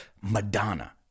Madonna